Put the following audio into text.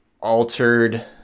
altered